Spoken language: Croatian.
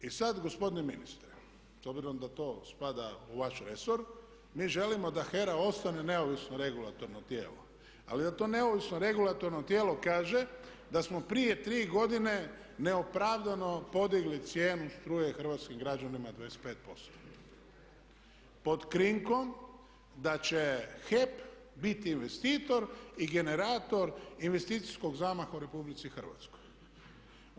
I sad gospodine ministre, s obzirom da to spada u vaš resor, mi želimo da HERA ostane neovisno regulatorno tijelo ali da to neovisno regulatorno tijelo kaže da smo prije tri godine neopravdano podigli cijenu struje hrvatskim građanima 25% pod krinkom da će HEP biti investitor i generator investicijskog zamaha u Republici Hrvatskoj.